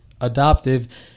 adoptive